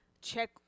check